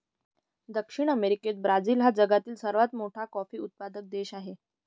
दक्षिण अमेरिकेत ब्राझील हा जगातील सर्वात मोठा कॉफी उत्पादक देश आहे